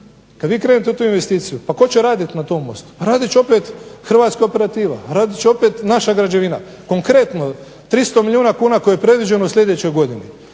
kada vi krenete u investiciju, tko će raditi na tom mostu? Raditi će opet Hrvatska operativa, raditi će opet naša građevina, konkretno 300 milijuna kuna koje je predviđeno u idućoj godini